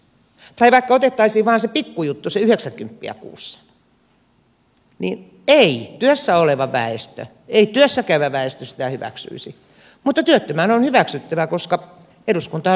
tai vaikka otettaisiin vain se pikkujuttu se yhdeksänkymppiä kuussa niin ei työssä oleva väestö työssä käyvä väestö sitä hyväksyisi mutta työttömän on hyväksyttävä koska eduskunta on näin päättänyt